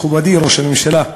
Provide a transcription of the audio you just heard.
מכובדי ראש הממשלה,